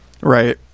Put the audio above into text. right